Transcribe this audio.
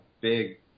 big